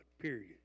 Period